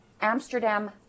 Amsterdam